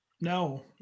No